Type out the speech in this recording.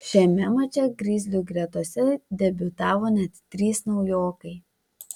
šiame mače grizlių gretose debiutavo net trys naujokai